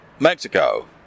Mexico